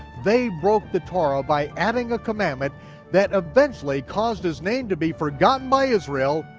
they broke the torah by adding a commandment that eventually caused his name to be forgotten by israel,